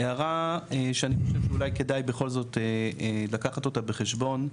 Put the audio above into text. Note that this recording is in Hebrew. הערה שאני חושב שאולי כדאי בכל זאת לקחת אותה בחשבון,